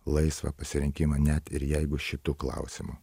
laisvą pasirinkimą net ir jeigu šitu klausimu